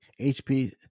HP